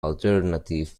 alternative